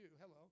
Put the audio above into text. Hello